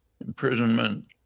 imprisonment